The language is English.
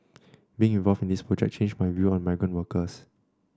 being involved in this project changed my view on migrant workers